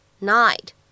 night